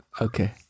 Okay